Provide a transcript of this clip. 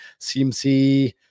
CMC